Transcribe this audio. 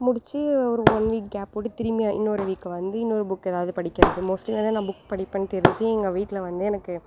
முடிச்சு ஒரு ஒன்று வீக் கேப் விட்டு திரும்பியும் இன்னோரு வீக் வந்து இன்னோரு புக் எதாவது படிகிறது மோஸ்ட்லி நான் புக் படிப்பேன்னு தெரிஞ்சு எங்கள் வீட்டில் வந்து எனக்கு